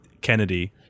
Kennedy